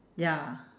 ya